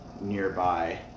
nearby